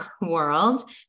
world